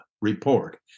report